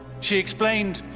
she explained,